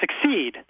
succeed